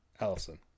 Allison